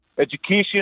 education